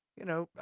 you know,